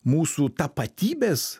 mūsų tapatybės